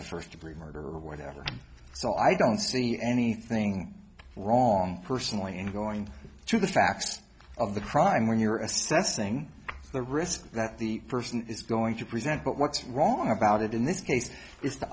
a first degree murder or whatever so i don't see anything wrong personally in going through the facts of the crime when you are assessing the risk that the person is going to present but what's wrong about it in this case is to